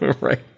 right